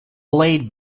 late